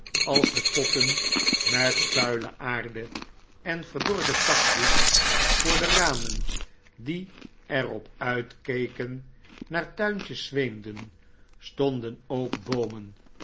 als de potten met vuile aarde en verdorde takjes voor de ramen die er op uitkeken naar tuintjes zweemden stonden ook boomen